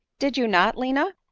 did you not, lina?